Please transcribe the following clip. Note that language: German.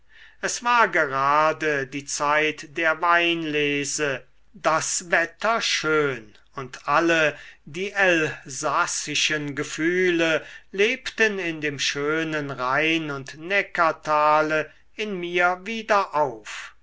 es war gerade die zeit der weinlese das wetter schön und alle die elsassischen gefühle lebten in dem schönen rhein und neckartale in mir wieder auf